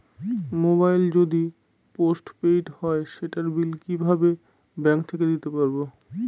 Mobile যদি post paid হয় সেটার বিল কিভাবে ব্যাংক থেকে দিতে পারব?